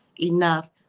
enough